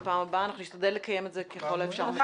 אנחנו נשתדל לקיים את זה ככל האפשר מוקדם.